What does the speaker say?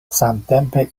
samtempe